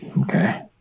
Okay